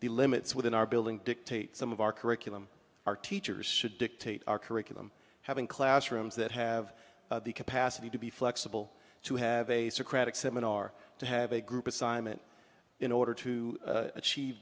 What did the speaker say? the limits within our building dictate some of our curriculum our teachers should dictate our curriculum having classrooms that have the capacity to be flexible to have a socratic seminar to have a group assignment in order to achieve